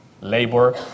labor